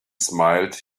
smiled